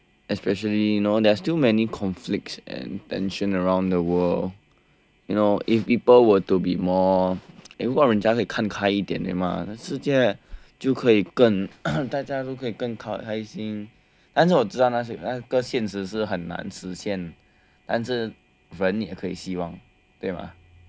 especially you know there are still many conflicts and tension around the world you know if people were to be more and 如果人家可以看开一点对吗那世就可以更大家就可以更靠开心但是我知道那些现实是很难实现但是人也可以希望对吗